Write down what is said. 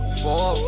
four